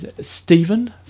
Stephen